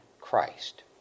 Christ